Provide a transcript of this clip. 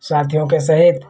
साथियों के सहित